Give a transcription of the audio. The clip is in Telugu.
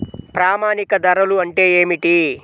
ప్రామాణిక ధరలు అంటే ఏమిటీ?